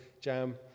jam